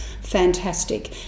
Fantastic